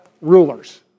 rulers